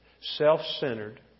self-centered